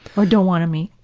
or don't want to meet.